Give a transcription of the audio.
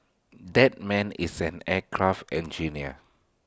that man is an aircraft engineer